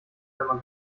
einmal